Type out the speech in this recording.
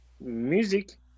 music